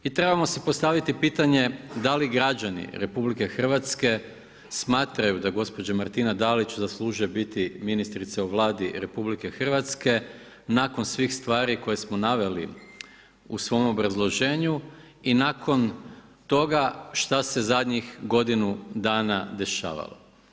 I trebamo si postaviti pitanje da li građani RH smatraju da gospođa Martina Dalić zaslužuje biti ministrica u Vladi RH nakon svih stvari koje smo naveli u svom obrazloženju i nakon toga šta se zadnjih godinu dana dešavalo.